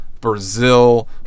Brazil